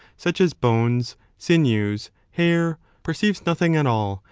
such as bones, sinews, hair, perceives nothing at all,